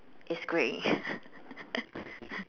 is grey